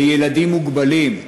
לילדים מוגבלים,